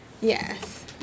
Yes